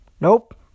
Nope